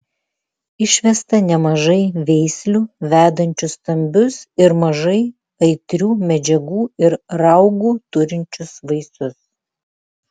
išvesta nemažai veislių vedančių stambius ir mažai aitrių medžiagų ir raugų turinčius vaisius